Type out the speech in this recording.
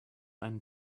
einen